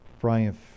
Brian